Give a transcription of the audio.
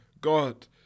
God